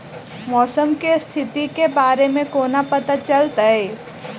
मौसम केँ स्थिति केँ बारे मे कोना पत्ता चलितै?